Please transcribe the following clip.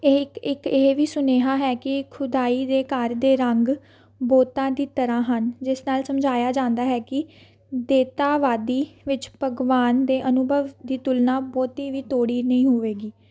ਇਹ ਇੱਕ ਇੱਕ ਇਹ ਵੀ ਸੁਨੇਹਾ ਹੈ ਕਿ ਖੁਦਾਈ ਦੇ ਘਰ ਦੇ ਰੰਗ ਬੋਤਾ ਦੀ ਤਰ੍ਹਾਂ ਹਨ ਜਿਸ ਨਾਲ ਸਮਝਾਇਆ ਜਾਂਦਾ ਹੈ ਕਿ ਦੇਤਾਵਾਦੀ ਵਿੱਚ ਭਗਵਾਨ ਦੇ ਅਨੁਭਵ ਦੀ ਤੁਲਨਾ ਬਹੁਤੀ ਵੀ ਤੋੜੀ ਨਹੀਂ ਹੋਵੇਗੀ